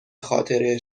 خاطره